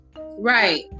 Right